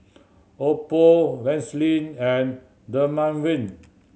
Oppo Vaselin and Dermaveen